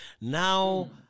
Now